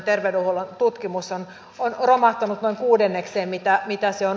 siihen liittyen on harmittanut ennen kaikkea kaksi asiaa